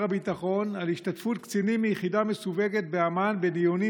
הביטחון על השתתפות קצינים מיחידה מסווגת באמ"ן בדיונים